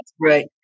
Right